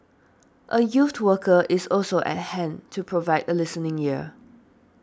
a youth worker is also at hand to provide a listening ear